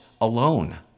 alone